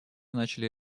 начали